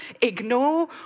ignore